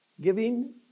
Giving